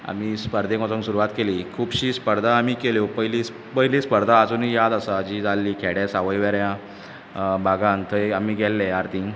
आमी स्पर्धेक वचोंक सुरवात केली खुबशी स्पर्धा आमी केल्यो पयली स्पर्धा आजुनीय याद आसा जी जाल्ली खेड्यां सावयवेऱ्यां भागात थंय आमी गेल्ले आरतींक